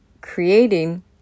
creating